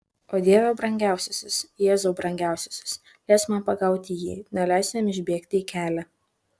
o dieve brangiausiasis jėzau brangiausiasis leisk man pagauti jį neleisk jam išbėgti į kelią